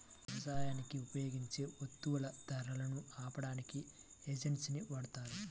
యవసాయానికి ఉపయోగించే వత్తువుల ధరలను ఆపడానికి హెడ్జ్ ని వాడతారు